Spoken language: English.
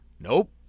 nope